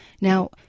Now